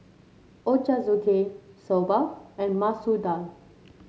Ochazuke Soba and Masoor Dal